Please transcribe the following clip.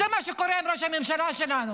זה מה שקורה עם ראש הממשלה שלנו,